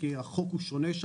כי החוק שם שונה,